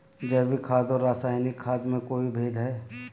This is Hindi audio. जैविक खाद और रासायनिक खाद में कोई भेद है?